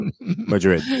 Madrid